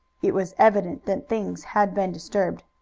it was evident that things had been disturbed.